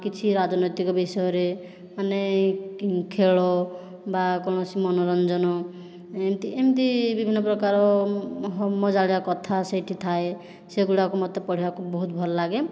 କିଛି ରାଜନୈତିକ ବିଷୟରେ ମାନେ କି ଖେଳ ବା କୌଣସି ମନୋରଞ୍ଜନ ଏମିତି ଏମିତି ବିଭିନ୍ନ ପ୍ରକାର ମଜାଳିଆ କଥା ସେ'ଠି ଥାଏ ସେଗୁଡ଼ାକ ମୋତେ ପଢ଼ିବାକୁ ବହୁତ ଭଲ ଲାଗେ